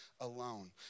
alone